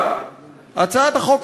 לעמר בר-לב ידידי,